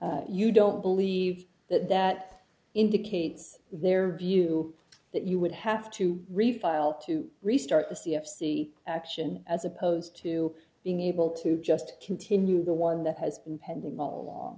you don't believe that that indicates their view that you would have to refile to restart the c f c action as opposed to being able to just continue the one that has been